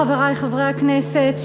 חברי חברי הכנסת,